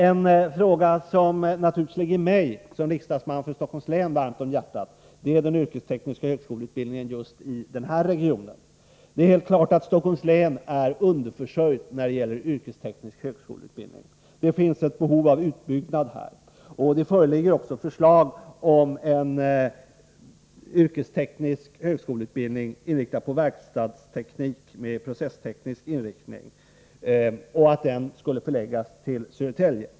En fråga som naturligtvis ligger mig som riksdagsman för Stockholms län varmt om hjärtat är den yrkestekniska högskoleutbildningen just i den här regionen. Det är helt klart att Stockholms län är underförsörjt när det gäller yrkesteknisk högskoleutbildning. Det finns här ett behov av utbyggnad, och det föreligger också förslag om en yrkesteknisk högskoleutbildning i verkstadsteknik med processteknisk inriktning, förlagd till Södertälje.